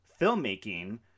filmmaking